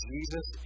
Jesus